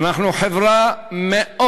אנחנו חברה מאוד